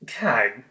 God